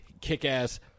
kick-ass